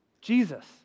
Jesus